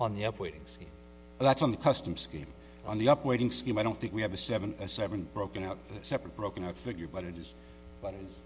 on the up waiting see that's on the custom skate on the up waiting scheme i don't think we have a seven or seven broken out separate broken out figure but it is bu